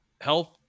health